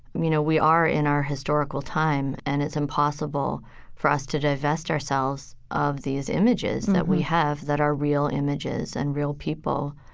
you know we are in our historical time. and it's impossible for us to divest ourselves of these images that we have, that are real images and real people,